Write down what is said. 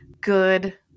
good